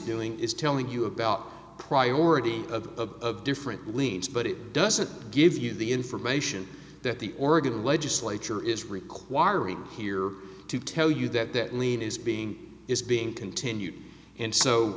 doing is telling you about priority of different liens but it doesn't give you the information that the oregon legislature is requiring here to tell you that that lien is being is being continued and so